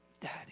Daddy